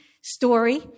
story